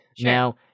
Now